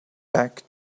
back